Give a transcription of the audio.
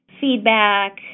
feedback